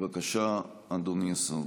בבקשה, אדוני השר.